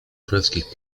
królewskich